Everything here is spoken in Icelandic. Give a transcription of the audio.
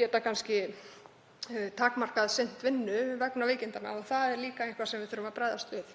geta kannski takmarkað sinnt vinnu vegna veikinda og það er líka eitthvað sem við þurfum að bregðast við.